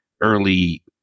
early